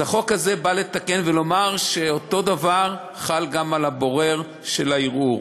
אז החוק הזה בא לתקן ולומר שאותו דבר חל גם על הבורר של הערעור.